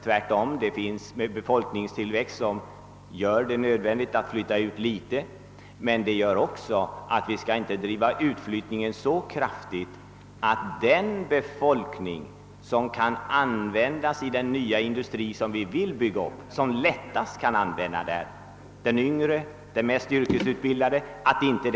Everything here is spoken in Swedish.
Tvärtom finns en befolkningstillväxt som gör utflyttning i viss omfattning nödvändig, men vi måste se till att utflyttningen inte blir så kraftig, att den befolkning försvinner som lättast kan användas i den nya industri som vi vill bygga upp, nämligen den yngre och den mest utbildade arbetskraften.